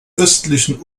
östlichen